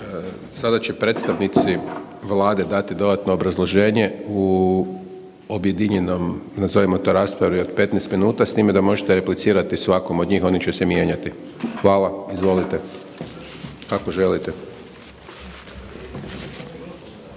Sada će predstavnici Vlade dati dodatno obrazloženje u objedinjenom nazovimo to raspravi od 15 minuta s time da možete reciplirat svakom do njih, oni će se mijenjati. Hvala, izvolite kako želite.